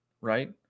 Right